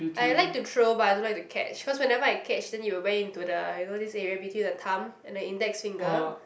I like to throw but I don't like to catch because whenever I catch it will went in to the you know this area between the thumb and the index finger